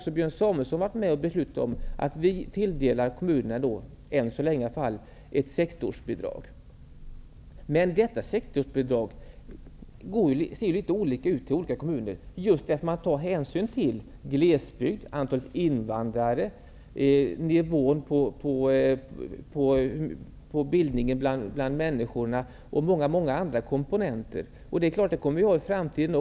Samuelson varit med om att fatta tilldelar vi, i varje fall än så länge, ett sektorsbidrag. Sektorsbidragen till olika kommuner är olika just på grund av att man tar hänsyn till om det är fråga om en glesbygdskommun, till antalet invandrare i kommunen är stort, till vilken bildningsnivå människorna i kommunen har, osv.